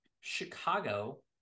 Chicago